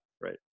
Right